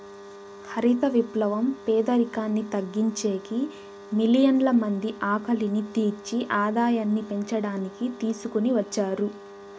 హరిత విప్లవం పేదరికాన్ని తగ్గించేకి, మిలియన్ల మంది ఆకలిని తీర్చి ఆదాయాన్ని పెంచడానికి తీసుకొని వచ్చారు